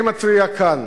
אני מתריע כאן